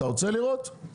אתה רוצה לראות?